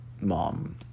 mom